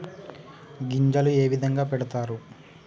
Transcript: గింజలు ఏ విధంగా పెడతారు?